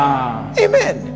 amen